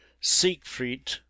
siegfried